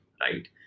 right